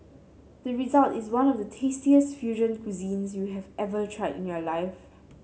the result is one of the tastiest fusion cuisines you have ever tried in your life